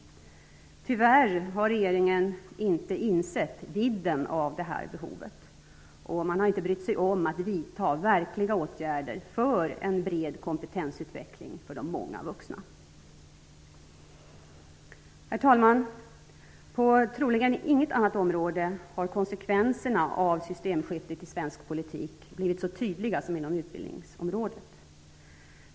Tyvärr har inte regeringen insett vidden av detta behov, och man har inte brytt sig om att vidta verkliga åtgärder för en bred kompetensutveckling för de många vuxna. Herr talman! På troligen inget annat område har konsekvenserna av systemskiftet i svensk politik blivit så tydliga som inom utbildningsområdet.